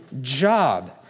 job